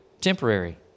temporary